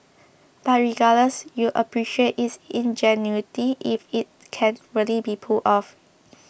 but regardless you'd appreciate its ingenuity if it can really be pulled off